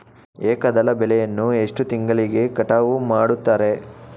ಏಕದಳ ಬೆಳೆಯನ್ನು ಎಷ್ಟು ತಿಂಗಳಿಗೆ ಕಟಾವು ಮಾಡುತ್ತಾರೆ?